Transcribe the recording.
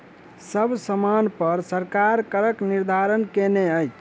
सब सामानपर सरकार करक निर्धारण कयने अछि